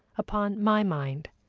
upon my mind.